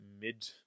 mid